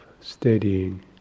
steadying